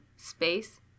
Space